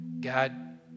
God